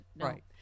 Right